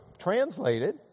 translated